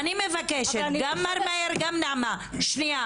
אני מבקשת, גם מר מאיר וגם נעמה, שנייה.